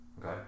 Okay